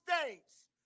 states